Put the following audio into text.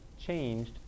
changed